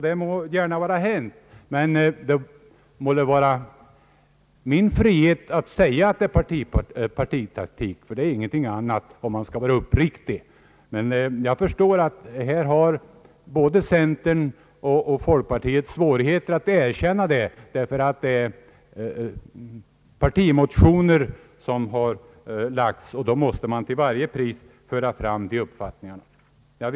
Det må gärna vara hänt, men då har jag också frihet att påstå, att det är fråga om partitaktik. Det är ju ingenting annat, om man skall vara uppriktig. Jag förstår att både centern och folkpartiet har svårigheter att erkänna detta. Det är ju fråga om partimotioner, och då måste man till varje pris föra fram de uppfattningar som kommer till uttryck i motionerna.